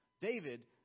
David